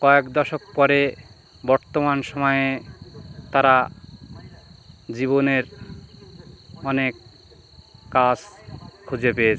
কয়েক দশক পরে বর্তমান সময়ে তারা জীবনের অনেক কাজ খুঁজে পেয়েছে